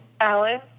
Alan